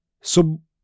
sub-